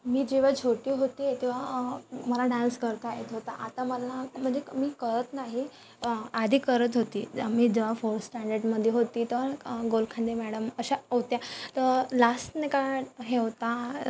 मी जेव्हा छोटी होते तेव्हा मला डान्स करता येत होता आता मला म्हणजे मी करत नाही आधी करत होती मी जेव्हा फोर्थ स्टँडडमध्ये होती तर गोलखांदे मॅडम अशा होत्या तर लास नका हे होता